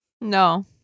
no